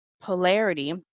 polarity